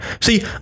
See